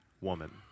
woman